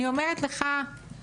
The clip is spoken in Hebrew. אני אומרת לך,